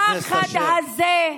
הפחד הזה,